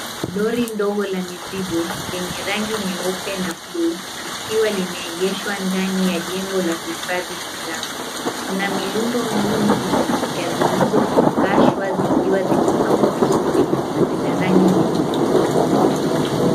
Lori ndogo la mizigo lenye rangi nyeupe na bluu ikiwa limeegeshwa ndani ya jengo la kuhifadhi bidhaa. Kuna mirundo mingi ya zilizofungashwa zikiwa zimepangwa vizuri na zina rangi nyekundu.